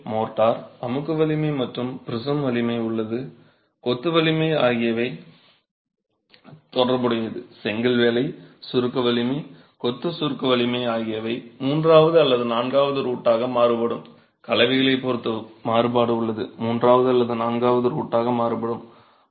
மேலும் மோர்டார் அமுக்கு வலிமை மற்றும் ப்ரிஸம் வலிமை அல்லது கொத்து வலிமை ஆகியவை தொடர்புடையது செங்கல் வேலை சுருக்க வலிமை கொத்து சுருக்க வலிமை ஆகியவை மூன்றாவது அல்லது நான்காவது ரூட்டாக மாறுபடும் கலவைகளைப் பொறுத்து மாறுபாடு உள்ளது மூன்றாவது அல்லது நான்காவது ரூட்டாக மாறுபடும்